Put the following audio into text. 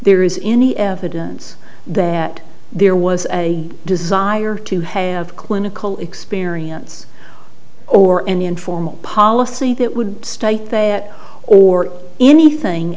there is any evidence that there was a desire to have clinical experience or any inform policy that would state that or anything